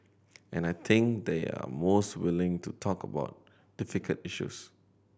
and I think they're most willing to talk about difficult issues